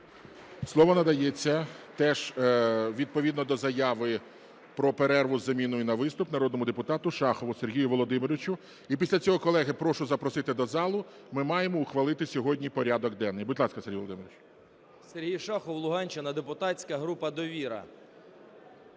Слово надається, теж відповідно до заяви про перерву із заміною на виступ, народному депутату Шахову Сергію Володимировичу. І після цього, колеги, прошу запросити до залу, ми маємо ухвалити сьогодні порядок денний. Будь ласка, Сергій Володимирович. 10:42:54 ШАХОВ С.В. Сергій Шахов, Луганщина, депутатська група "Довіра".